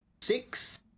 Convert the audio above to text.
six